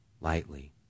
lightly